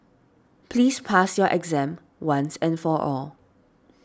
please pass your exam once and for all